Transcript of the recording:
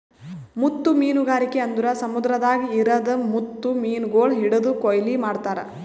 ಮುತ್ತು ಮೀನಗಾರಿಕೆ ಅಂದುರ್ ಸಮುದ್ರದಾಗ್ ಇರದ್ ಮುತ್ತು ಮೀನಗೊಳ್ ಹಿಡಿದು ಕೊಯ್ಲು ಮಾಡ್ತಾರ್